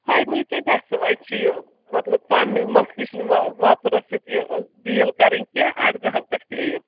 final کیٛاہ گژھِ وۅنۍ چھُ یہِ مطلب پَنٕنُے مَسلہٕ یہِ چھُنہٕ وۅپرَس سۭتۍ یہِ ڈیٖل کَرٕنۍ کیٚنٛہہ اَرداہن پٮ۪ٹھ پیٚیہِ